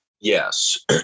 Yes